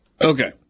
Okay